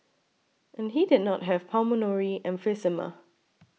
and he did not have pulmonary emphysema